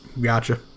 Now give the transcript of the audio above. Gotcha